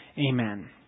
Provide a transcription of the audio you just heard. Amen